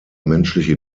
menschliche